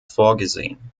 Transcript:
vorgesehen